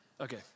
Okay